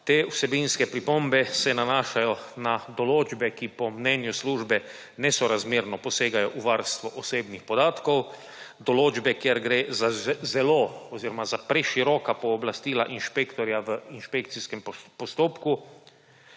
Te vsebinske pripombe se nanašajo na določbe, ki po mnenju službe nesorazmerno posegajo v varstvo osebnih podatkov, določbe, kjer gre za zelo oziroma za preširoka pooblastila inšpektorja v inšpekcijskem postopku,